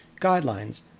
guidelines